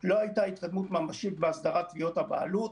לא הייתה התקדמות ממשית בהסדרת תביעות הבעלות.